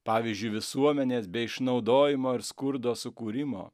pavyzdžiui visuomenės be išnaudojimo ir skurdo sukūrimo